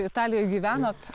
italijoj gyvenot